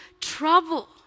trouble